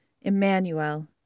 Emmanuel